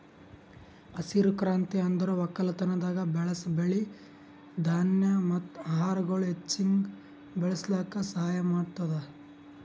ಹಸಿರು ಕ್ರಾಂತಿ ಅಂದುರ್ ಒಕ್ಕಲತನದಾಗ್ ಬೆಳಸ್ ಬೆಳಿ, ಧಾನ್ಯ ಮತ್ತ ಆಹಾರಗೊಳ್ ಹೆಚ್ಚಿಗ್ ಬೆಳುಸ್ಲುಕ್ ಸಹಾಯ ಮಾಡ್ತುದ್